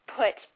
put